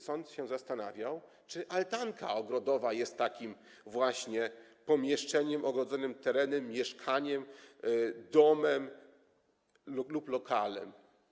Sąd się zastanawiał, czy altanka ogrodowa jest takim właśnie pomieszczeniem ogrodzonym terenem, mieszkaniem, domem lub lokalem.